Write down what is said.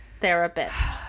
therapist